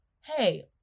hey